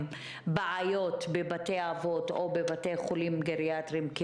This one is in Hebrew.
בעיות בבתי אבות או בבתי חולים גריאטריים,